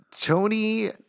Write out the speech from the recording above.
Tony